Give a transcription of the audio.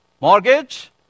mortgage